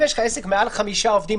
אם יש לך עסק מעל חמישה עובדים,